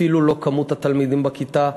אפילו לא מספר התלמידים בכיתה,